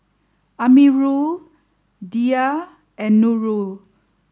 Amirul Dhia and Nurul